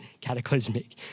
Cataclysmic